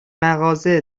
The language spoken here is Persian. مغازه